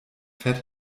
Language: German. fett